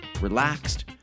relaxed